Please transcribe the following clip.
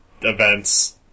events